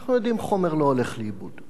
אנחנו יודעים שחומר לא הולך לאיבוד.